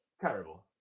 terrible